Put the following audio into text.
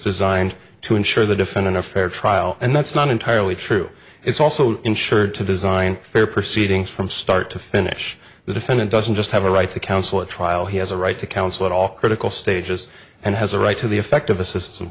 designed to ensure the defendant a fair trial and that's not entirely true it's also ensured to design fair proceedings from start to finish the defendant doesn't just have a right to counsel a trial he has a right to counsel at all critical stages and has a right to the effect of a system